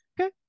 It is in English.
okay